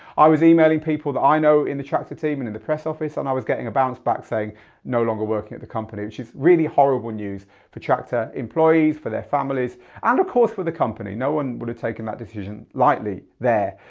i was emailing people that i know in the traktor team, and in the press office and i was getting a bounce back saying no longer working at the company. which is really horrible news for traktor employees, for their families and of course for the company. no one would have taken that decision lightly there.